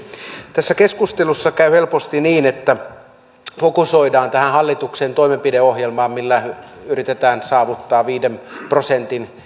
tässä keskustelussa käy helposti niin että fokusoidaan tähän hallituksen toimenpideohjelmaan millä yritetään saavuttaa viiden prosentin